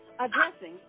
addressing